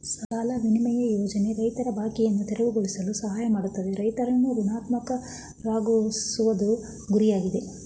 ಸಾಲ ವಿನಿಮಯ ಯೋಜನೆ ರೈತರ ಬಾಕಿಯನ್ನು ತೆರವುಗೊಳಿಸಲು ಸಹಾಯ ಮಾಡ್ತದೆ ರೈತರನ್ನು ಋಣಮುಕ್ತರಾಗ್ಸೋದು ಗುರಿಯಾಗಿದೆ